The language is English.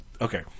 okay